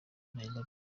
nairobi